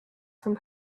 from